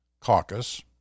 caucus